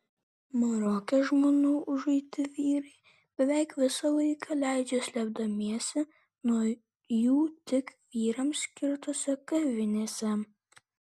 maroke žmonų užuiti vyrai beveik visą laiką leidžia slėpdamiesi nuo jų tik vyrams skirtose kavinėse